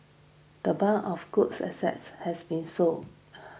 the bulk of good assets have been sold